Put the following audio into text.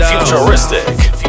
Futuristic